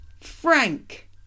Frank